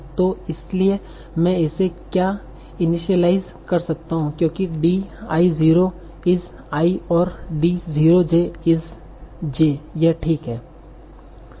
तो इसीलिए मैं इसे क्यों इनिशियलाइज़ कर सकता हूं क्योंकि D i 0 हिस i और D 0 j हिस j यह ठीक है